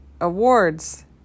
Awards